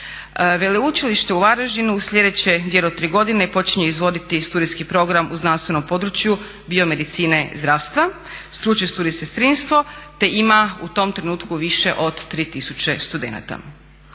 Veleučilište u Varaždinu u sljedeće 2 do 3 godine počinje izvoditi studijski program u znanstvenom području biomedicine, zdravstva, stručni studij sestrinstvo te ima u tom trenutku više od 3000 studenata.